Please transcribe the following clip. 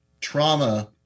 trauma